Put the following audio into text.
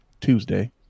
Tuesday